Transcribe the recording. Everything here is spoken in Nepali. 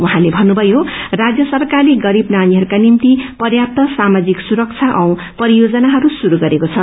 उहाँले भन्नुभयो राज्य सरकारले गरीब नानीहरूका निम्ति प्याप्त सामाजिक सुरबा औ परियोजनाहरू शुरू गरेको छ